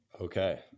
Okay